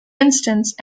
instance